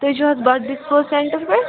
تُہۍ چھِو حظ بَ ڈِسپوز سینٛٹَر پٮ۪ٹھ